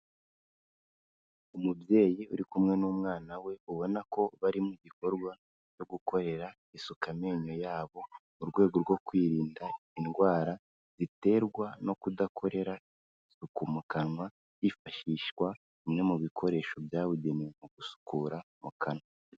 Umubyeyi uri kumwe n'umwana we ubona ko bari mu gikorwa cyo gukorera isuka amenyo yabo mu rwego rwo kwirinda indwara ziterwa no kudakorera isuku mu kanwa hifashishwa bimwe mu bikoresho byabugenewe mu gusukura mu kanwa.